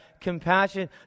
compassion